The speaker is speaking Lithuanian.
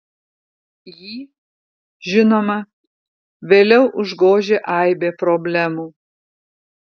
jį žinoma vėliau užgožė aibė problemų